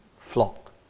flock